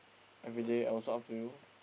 everyday also up to you